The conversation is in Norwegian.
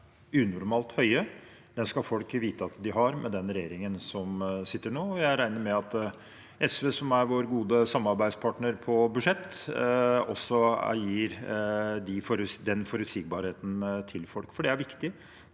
unormalt høye, det skal folk vite at de har med den regjeringen som sitter nå. Jeg regner med at også SV, som er vår gode samarbeidspartner på budsjett, gir den forutsigbarheten til folk, for det er viktig